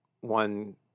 one